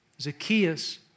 Zacchaeus